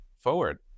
forward